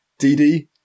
DD